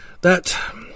that